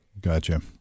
Gotcha